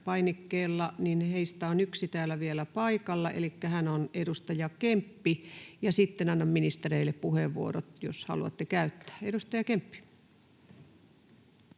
V-painikkeella, on yksi täällä vielä paikalla. Elikkä hän on edustaja Kemppi, ja sitten annan ministereille puheenvuorot, jos haluatte käyttää. — Edustaja Kemppi.